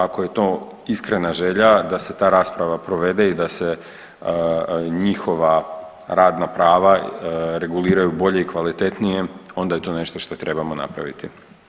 Ako, ako je to iskrena želja da se ta rasprava provede i da se njihova radna prava reguliraju bolje i kvalitetnije onda je to nešto što trebamo napraviti.